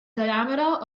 diameter